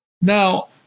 Now